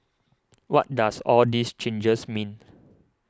what does all these changes mean